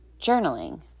journaling